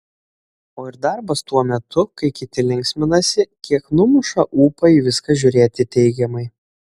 o ir darbas tuo metu kai kiti linksminasi kiek numuša ūpą į viską žiūrėti teigiamai